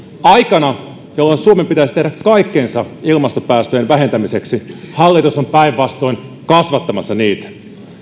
aikana jolloin suomen pitäisi tehdä kaikkensa ilmastopäästöjen vähentämiseksi hallitus on päinvastoin kasvattamassa niitä